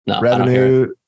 Revenue